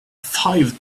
five